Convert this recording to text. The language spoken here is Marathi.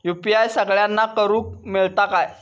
यू.पी.आय सगळ्यांना करुक मेलता काय?